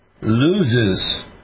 loses